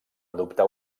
adoptar